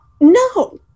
No